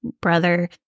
brother